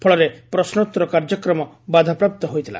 ଫଳରେ ପ୍ରଶ୍ନୋଉର କାର୍ଯ୍ୟକ୍ରମ ବାଧାପ୍ରାପ୍ତ ହୋଇଥିଲା